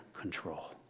control